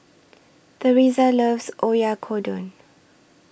Terese loves Oyakodon